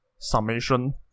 Summation